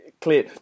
clear